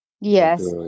Yes